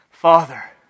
Father